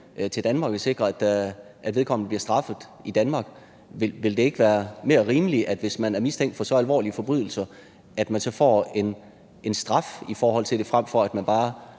til Danmark og sikre, at vedkommende bliver straffet i Danmark. Vil det ikke være mere rimeligt, at man, hvis man er mistænkt for så alvorlige forbrydelser, så får en straf i forhold til det, frem for at man bare